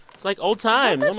it's like old times.